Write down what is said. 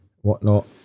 whatnot